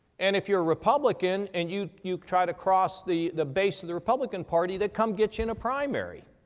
and if you're a republican and you, you try to cross the, the base of the republican party they come get you in a primary.